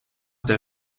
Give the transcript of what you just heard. der